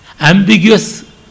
Ambiguous